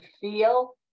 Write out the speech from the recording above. feel